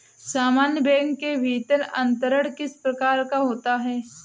समान बैंक के भीतर अंतरण किस प्रकार का होता है?